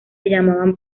llamaban